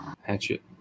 hatchet